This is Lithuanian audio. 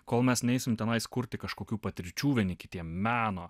kol mes neisim tenais kurti kažkokių patirčių vieni kitiem meno